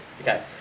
Okay